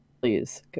please